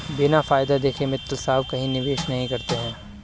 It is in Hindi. बिना फायदा देखे मित्तल साहब कहीं निवेश नहीं करते हैं